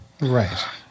Right